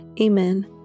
Amen